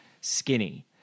skinny